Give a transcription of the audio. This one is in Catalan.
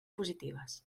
positives